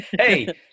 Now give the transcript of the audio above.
Hey